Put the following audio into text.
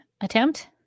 attempt